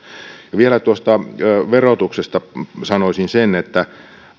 vielä tuosta verotuksesta sanoisin sen että